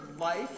life